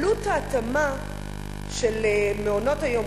עלות ההתאמה של מעונות-היום,